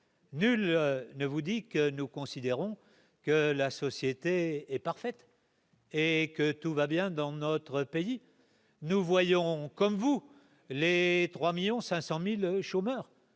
nul ne vous dit que nous considérons que la société est parfaite. Et que tout va bien dans notre pays, nous voyons comme vous les 3 millions 500 1000 chômeurs